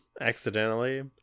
accidentally